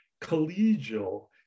collegial